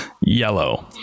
yellow